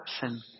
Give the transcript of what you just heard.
sin